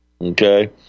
Okay